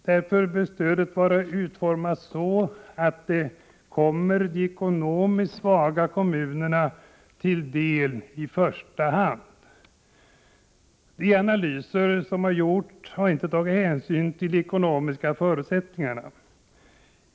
Därför bör stödet vara så utformat att det kommer i första hand de ekonomiskt svaga kommunerna till del. De analyser som gjorts har inte tagit hänsyn till de ekonomiska förutsättningarna.